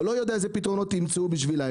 אני לא יודע איזה פתרונות ימצאו בשבילם.